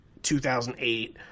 2008